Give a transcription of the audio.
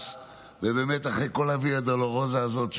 ובאמת, אחרי כל הוויה דולורוזה הזאת,